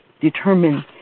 determine